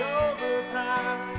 overpass